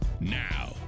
now